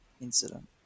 incident